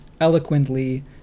eloquently